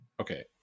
okay